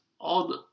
on